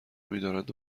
میدارند